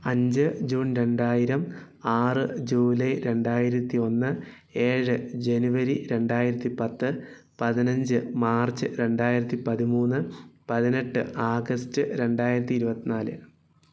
അഞ്ച് ജൂണ് രണ്ടായിരം ആറ് ജൂലൈ രണ്ടായിരത്തി ഒന്ന് ഏഴ് ജനുവരി രണ്ടായിരത്തി പത്ത് പതിനഞ്ച് മാര്ച്ച് രണ്ടായിരത്തി പതിമൂന്ന് പതിനെട്ട് ആഗസ്റ്റ് രണ്ടായിരത്തി ഇരുപത്തിനാല്